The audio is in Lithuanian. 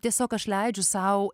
tiesiog aš leidžiu sau